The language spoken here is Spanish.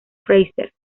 fraser